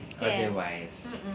Otherwise